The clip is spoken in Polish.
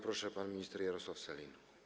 Proszę, pan minister Jarosław Sellin.